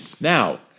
Now